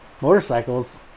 motorcycles